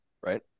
Right